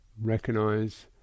recognize